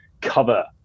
cover